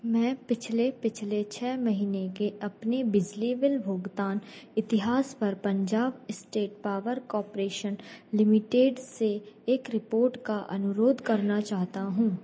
मैं पिछले पिछले छः महीने के अपने बिजली बिल भुगतान इतिहास पर Punjab state power corporation limited से एक रिपोर्ट का अनुरोध करना चाहता हूँ